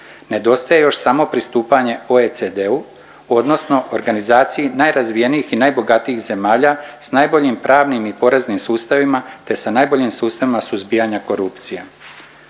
nedostaje još samo pristupanje OECD-u odnosno organizaciji najrazvijenijih i najbogatijih zemalja s najboljim pravnim i poreznim sustavima, te sa najboljim sustavima suzbijanja korupcije.